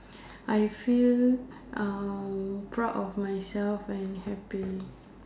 I feel uh proud of myself and happy